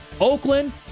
Oakland